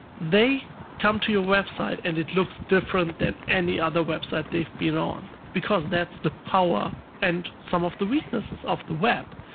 they come to your website, and it looks different than any other website they've been on because that's the power and some of the weaknesses of the web.